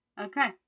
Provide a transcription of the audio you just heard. Okay